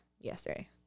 yesterday